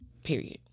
period